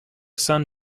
son